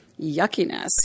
yuckiness